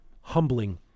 humbling